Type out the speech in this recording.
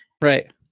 right